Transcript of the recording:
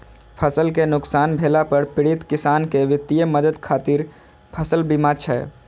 फसल कें नुकसान भेला पर पीड़ित किसान कें वित्तीय मदद खातिर फसल बीमा छै